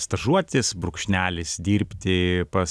stažuotis brūkšnelis dirbti pas